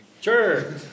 Sure